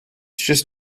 just